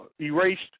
erased